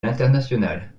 l’international